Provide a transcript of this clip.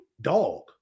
dog